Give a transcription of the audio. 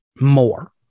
more